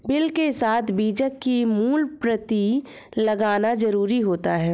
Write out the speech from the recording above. bill के साथ बीजक की मूल प्रति लगाना जरुरी होता है